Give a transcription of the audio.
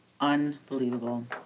Unbelievable